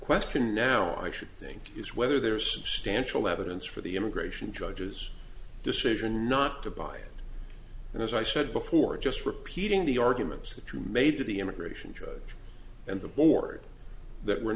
question now i should think is whether there's stanch eleven's for the immigration judge's decision not to buy and as i said before just repeating the arguments that you made to the immigration judge and the board that were